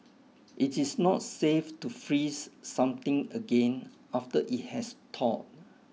it is not safe to freeze something again after it has thawed